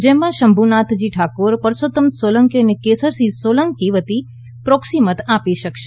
જેમા શંભુનાથજી ઠાકોર પરસોતમ સોલંકી અને કેસરીસિંહ સોલંકી વતી પ્રોક્સિ મત આપી શકશે